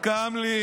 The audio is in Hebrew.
קם לי,